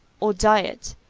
or diet,